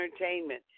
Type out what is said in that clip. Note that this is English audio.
entertainment